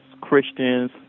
Christians